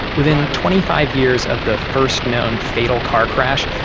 within twenty five years of the first known fatal car crash,